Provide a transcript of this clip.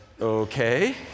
okay